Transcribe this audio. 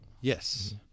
yes